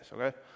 okay